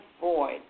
void